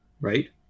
right